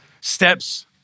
steps